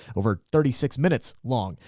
over thirty six minutes long.